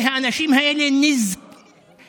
האנשים האלה זקוקים,